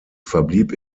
verblieb